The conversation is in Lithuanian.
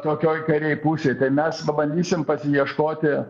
tokioj kairėj pusėj tai mes pabandysim pasiieškoti